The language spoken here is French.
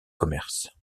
commerces